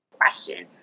question